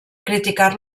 criticar